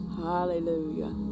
hallelujah